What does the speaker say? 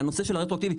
לנושא של הרטרואקטיבי,